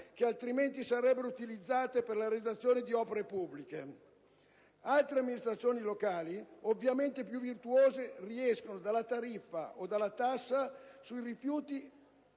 che altrimenti sarebbero utilizzate per la realizzazione di opere pubbliche. Altre amministrazioni locali, ovviamente più virtuose, riescono dalla tariffa o dalla tassa sui rifiuti,